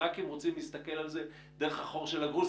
גם אם רוצים להסתכל על זה דרך החור של הגרוש,